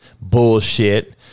bullshit